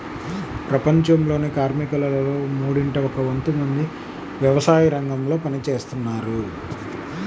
ప్రపంచంలోని కార్మికులలో మూడింట ఒక వంతు మంది వ్యవసాయరంగంలో పని చేస్తున్నారు